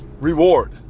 reward